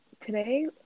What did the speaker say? Today